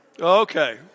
Okay